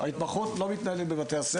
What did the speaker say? ההתמחות לא מתנהלת בבתי הספר.